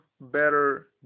better